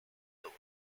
loan